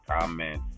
comments